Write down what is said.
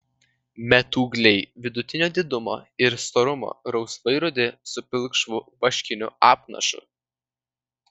metūgliai vidutinio didumo ir storumo rausvai rudi su pilkšvu vaškiniu apnašu